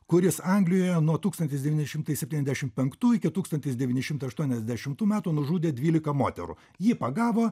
kuris anglijoje nuo tūkstantis devyni šimtai septyniasdešim penktų iki tūkstantis devyni šimtai aštuoniasdešimtų metų nužudė dvylika moterų jį pagavo